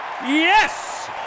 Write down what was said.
Yes